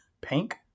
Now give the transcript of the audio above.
Pink